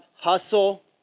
hustle